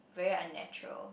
very unnatural